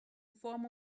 form